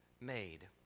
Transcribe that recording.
made